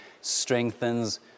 strengthens